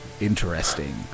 Interesting